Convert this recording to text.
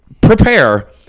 prepare